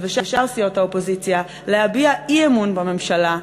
ושאר סיעות האופוזיציה להביע אי-אמון בממשלה.